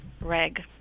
reg